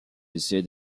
essais